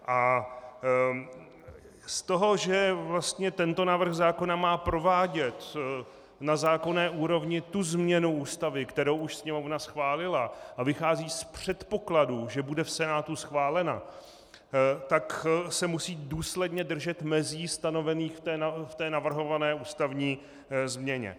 A z toho, že tento návrh zákona má provádět na zákonné úrovni tu změnu Ústavy, kterou už Sněmovna schválila, a vychází z předpokladu, že bude v Senátu schválena, tak se musí důsledně držet mezí stanovených v navrhované ústavní změně.